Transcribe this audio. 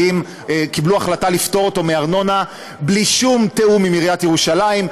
שקיבלו החלטה לפטור אותו מארנונה בלי שום תיאום עם עיריית ירושלים,